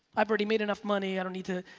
i've already made enough money, i don't need to.